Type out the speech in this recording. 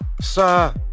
Sir